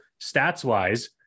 stats-wise